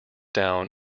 down